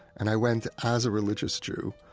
and i went as a religious jew,